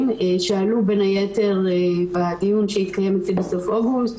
שעלו בין היתר בדיון שהתקיים בסוף אוגוסט,